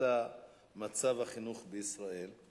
מצב החינוך בישראל,